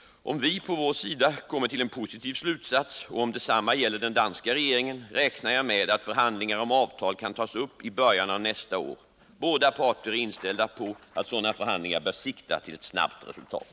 Om vi på vår sida kommer till en positiv slutsats och om detsamma gäller den danska 203 regeringen, räknar jag med att förhandlingar om avtal kan tas upp i början av nästa år. Båda parter är inställda på att sådana förhandlingar bör sikta till ett snabbt resultat.